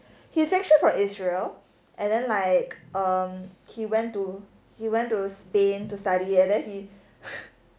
he's actually from israel and then like um he went to he went to spain to study and then he